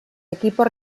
equipos